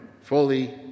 fully